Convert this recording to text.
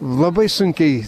labai sunkiai